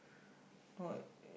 what